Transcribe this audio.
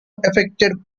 affected